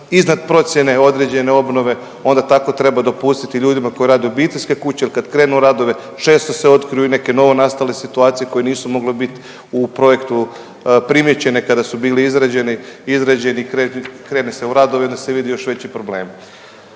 iznad procjene određene obnove onda tako treba dopustiti i ljudima koji rade obiteljske kuće jel kad krenu radovi često se otkriju i neke novonastale situacije koje nisu mogle bit u projektu primijećene kada su bili izrađeni, izrađeni, krene se u radove onda se vide još veći problemi.